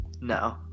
no